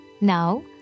Now